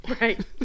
Right